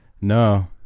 No